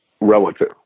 relative